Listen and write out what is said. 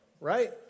right